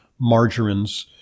margarines